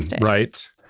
right